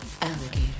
alligator